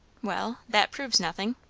well? that proves nothing.